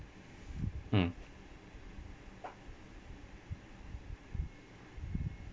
mm